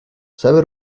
sabe